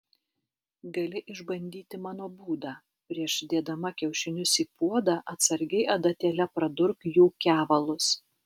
gali išbandyti mano būdą prieš dėdama kiaušinius į puodą atsargiai adatėle pradurk jų kevalus